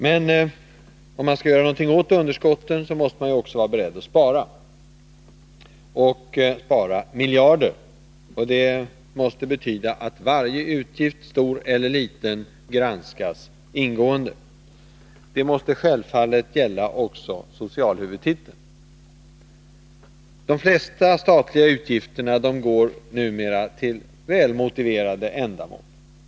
Men om man skall göra någonting åt underskotten måste man också vara beredd att spara och spara, miljarder. Detta måste betyda att varje utgift — stor eller liten — granskas ingående. Det måste givetvis gälla också socialhuvudtiteln. De flesta statliga utgifter går numera till välmotiverade ändamål.